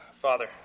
Father